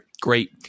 great